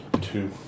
Two